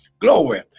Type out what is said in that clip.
glory